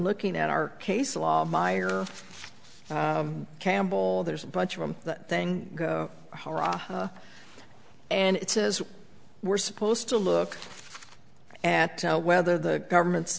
looking at our case law meyer campbell there's a bunch of them that thing and it says we're supposed to look at whether the government's